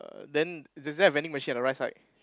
then is there a vending machine at the right side